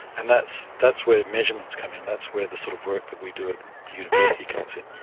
and that's that's where measurements come in, that's where the sort of work that we do at the university comes in.